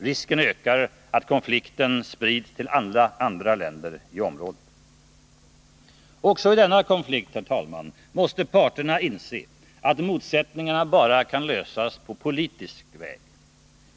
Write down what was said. Risken ökar för att konflikten sprids till andra länder i området. Också i denna konflikt, herr talman, måste parterna inse att motsättningarna bara kan lösas på politisk väg.